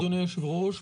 אדוני היושב ראש,